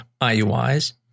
IUIs